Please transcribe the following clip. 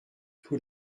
tout